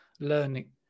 learning